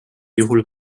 juhul